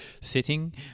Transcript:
sitting